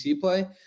play